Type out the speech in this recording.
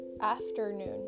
afternoon